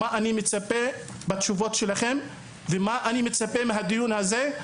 אני רוצה להציג בפניכם מה אני מצפה לשמוע ומה היא מטרת הדיון הזה,